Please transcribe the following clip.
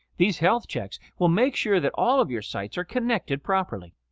these health checks will make sure that all of your sites are connected properly.